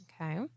Okay